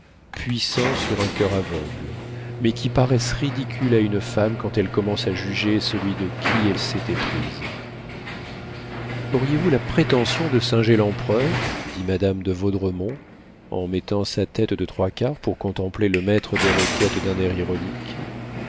puissants sur un coeur aveugle mais qui paraissent ridicules à une femme quand elle commence à juger celui de qui elle s'est éprise auriez-vous la prétention de singer l'empereur dit madame de vaudremont en mettant sa tête de trois quarts pour contempler le maître des requêtes d'un air ironique